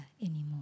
anymore